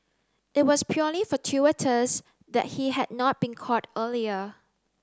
it was purely fortuitous that he had not been caught earlier